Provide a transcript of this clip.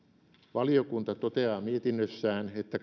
valiokunta toteaa mietinnössään että